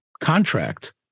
contract